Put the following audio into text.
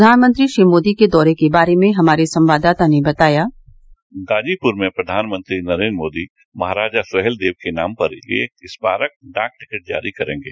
प्रधानमंत्री श्री मोदी के दौरे के बारे में हमारे संवाददाता ने बताया गाजीपूर में प्रधानमंत्री नरेन्द्र मोदी महाराजा सुहेलदेव के नाम पर एक स्मारक डाक टिकट जारी करेंगे